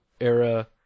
era